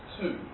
two